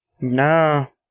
no